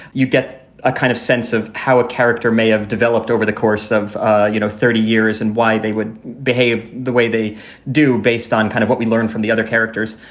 you get a kind of sense of how a character may have developed over the course of ah you know thirty years and why they would behave the way they do based on kind of what we learn from the other characters.